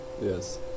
yes